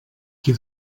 qui